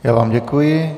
Já vám děkuji.